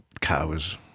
cows